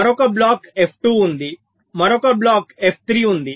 మరొక block F 2 ఉంది మరొక బ్లాక్ ఎఫ్ 3 ఉంది